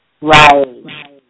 Right